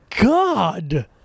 God